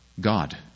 God